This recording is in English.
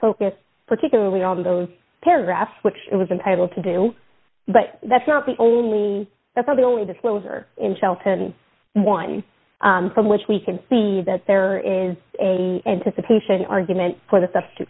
focus particularly on those paragraphs which it was entitled to do but that's not the only that the only disclosure in shelton one from which we can see that there is a anticipation argument for the stuff to